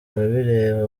bireba